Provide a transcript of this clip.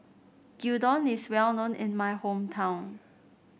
Gyudon is well known in my hometown